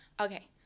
Okay